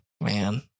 Man